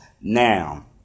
Now